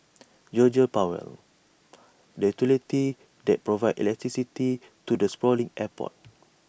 Georgia power the utility that provides electricity to the sprawling airport